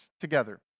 together